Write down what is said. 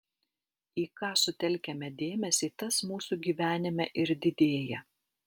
į ką sutelkiame dėmesį tas mūsų gyvenime ir didėja